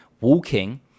walking